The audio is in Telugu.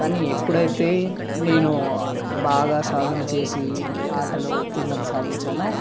కానీ ఎప్పుడైతే నేను బాగా సాధన చేసి ఆటలో ఉత్తీర్ణత సాధించానో